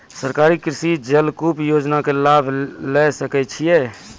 सरकारी कृषि जलकूप योजना के लाभ लेली सकै छिए?